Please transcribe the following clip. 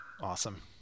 awesome